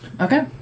Okay